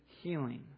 healing